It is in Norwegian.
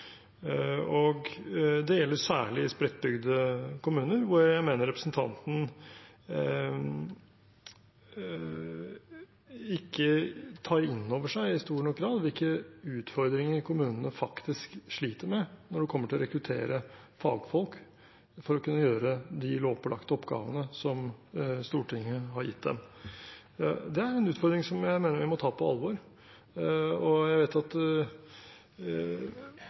Det gjelder særlig i spredtbygde kommuner hvor jeg mener representanten ikke tar inn over seg i stor nok grad hvilke utfordringer kommunene faktisk sliter med når det kommer til å rekruttere fagfolk for å kunne gjøre de lovpålagte oppgavene som Stortinget har gitt dem. Det er en utfordring jeg mener vi må ta på alvor. Jeg vet at